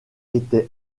était